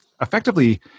effectively